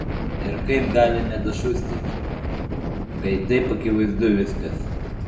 ir kaip gali nedašusti kai taip akivaizdu viskas